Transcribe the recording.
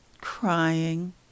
crying